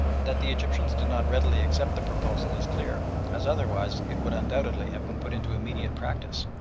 that the egyptians did not readily accept the proposal is clear, as otherwise it would undoubtedly have been put into immediate practice.